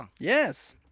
Yes